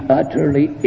utterly